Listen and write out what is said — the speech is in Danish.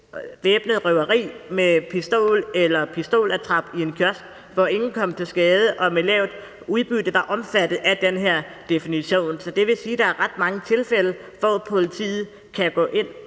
væbnet røveri med pistol eller pistolattrap i en kiosk, hvor ingen kom til skade, og med lavt udbytte, var omfattet af den her definition. Så det vil sige, at der er ret mange tilfælde, hvor politiet kan gå ind